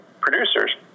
producers